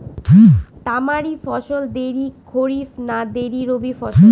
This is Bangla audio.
তামারি ফসল দেরী খরিফ না দেরী রবি ফসল?